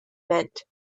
meant